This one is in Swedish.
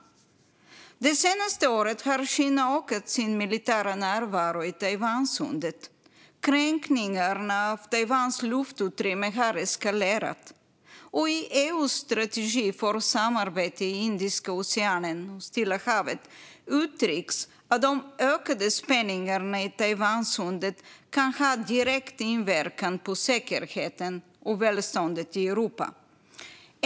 Det senaste året har Kina ökat sin militära närvaro i Taiwansundet. Kränkningarna av Taiwans luftrum har eskalerat. I EU:s strategi för samarbete i Indiska oceanen och Stilla Havet uttrycks att de ökade spänningarna i Taiwansundet kan ha direkt inverkan på säkerheten och välståndet i Europa.